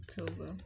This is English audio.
october